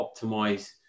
optimize